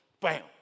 Bam